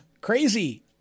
crazy